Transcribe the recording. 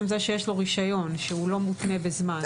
זה שיש לו רישיון שהוא לא מתונה בזמן.